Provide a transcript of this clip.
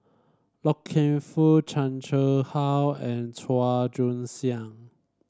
Loy Keng Foo Chan Chang How and Chua Joon Siang